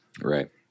Right